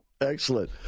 Excellent